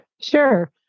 Sure